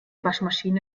waschmaschine